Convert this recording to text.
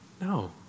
No